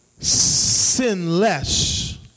sinless